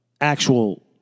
actual